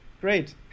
great